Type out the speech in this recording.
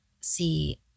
See